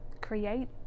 create